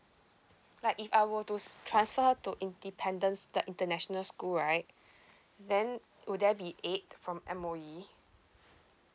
like if I were to transfer to independents the international school right then will there be aid from M_O_E